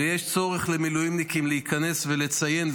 ויש צורך למילואימניקים להיכנס ולציין,